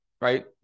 right